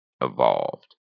evolved